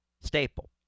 staple